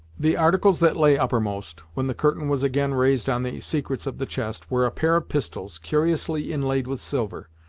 the articles that lay uppermost, when the curtain was again raised on the secrets of the chest, were a pair of pistols, curiously inlaid with silver.